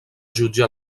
jutge